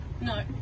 No